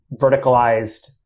verticalized